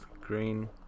green